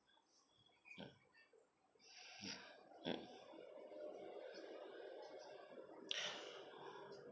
mm mm